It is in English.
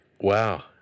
Wow